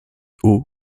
haut